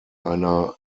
einer